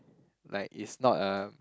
like it's not a